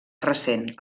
recent